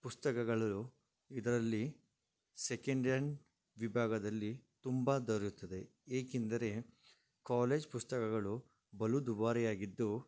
ಪುಸ್ತಕಗಳು ಇದರಲ್ಲಿ second hand ವಿಭಾಗದಲ್ಲಿ ತುಂಬ ದೊರೆಯುತ್ತದೆ ಏಕೆಂದರೆ ಕಾಲೇಜ್ ಪುಸ್ತಕಗಳು ಬಲು ದುಬಾರಿಯಾಗಿದ್ದು